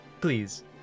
Please